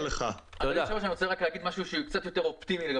אני רק רוצה להגיד משהו שהוא קצת יותר אופטימי.